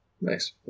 Nice